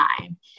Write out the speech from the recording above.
time